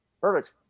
perfect